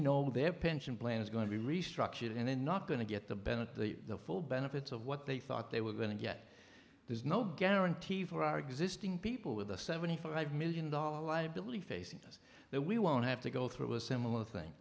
know their pension plan is going to be restructured and they're not going to get the benefit the full benefits of what they thought they were going to get there's no guarantee for our existing people with a seventy five million dollars liability facing us that we won't have to go through a similar thing